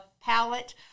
palette